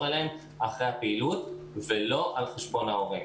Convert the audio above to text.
אליהן אחרי הפעילות ולא על חשבון ההורים.